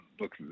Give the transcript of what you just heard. look